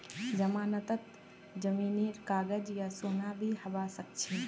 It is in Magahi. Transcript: जमानतत जमीनेर कागज या सोना भी हबा सकछे